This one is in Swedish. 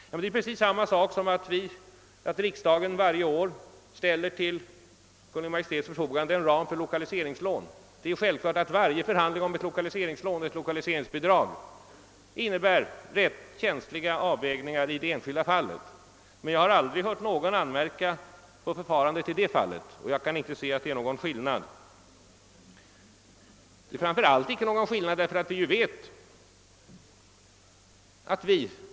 Det är precis samma sak som att riksdagen varje år till Kungl. Maj:ts förfogande ställer en ram för lokaliseringslån. Det är självklart att varje förhandling om ett lokaliseringslån eller ett 1okaliseringsbidrag i det enskilda fallet innebär en känslig avvägning. Men jag har aldrig hört någon anmärka på det förfarandet, och jag kan inte se att det är någon skillnad jämfört med den sak vi nu diskuterar.